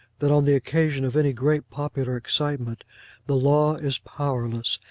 that on the occasion of any great popular excitement the law is powerless,